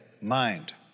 mind